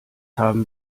haben